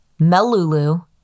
Melulu